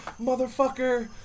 Motherfucker